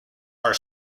are